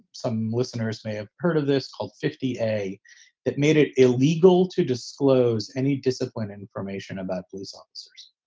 some listeners may have heard of this hold fifty a it made it illegal to disclose any discipline information about police officers,